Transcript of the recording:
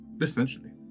essentially